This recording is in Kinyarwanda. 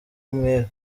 umwere